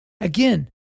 again